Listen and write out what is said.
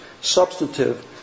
substantive